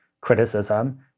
criticism